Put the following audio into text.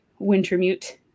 Wintermute